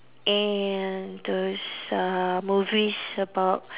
and those uh movies about